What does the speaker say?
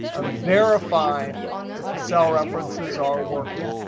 i'm verifying that the cell references are working,